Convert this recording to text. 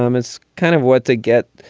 um it's kind of what they get